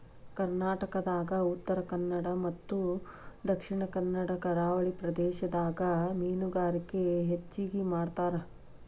ಕರ್ನಾಟಕದಾಗ ಉತ್ತರಕನ್ನಡ ಮತ್ತ ದಕ್ಷಿಣ ಕನ್ನಡ ಕರಾವಳಿ ಪ್ರದೇಶದಾಗ ಮೇನುಗಾರಿಕೆ ಹೆಚಗಿ ಮಾಡ್ತಾರ